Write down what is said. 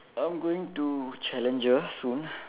I'm going to Challenger soon